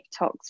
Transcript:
TikToks